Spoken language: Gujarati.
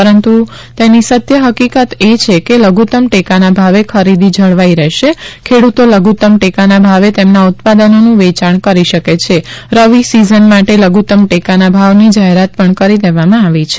પરંતુ તેની સત્ય હકીકત એ છે કે લધુતમ ટેકાના ભાવે ખરીદી જળવાઈ રહેશે ખેડ્રતો લધુતમ ટેકાના ભાવે તેમના ઉત્પાદનોનું વેયાણ કરી શકે છે રવિ સિઝન માટે લધુતમ ટેકાના ભાવની જાહેરાત પણ કરી દેવામાં આવી છે